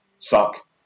suck